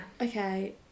Okay